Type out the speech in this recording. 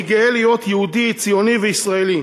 אני גאה להיות יהודי, ציוני וישראלי.